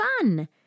fun